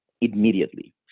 immediately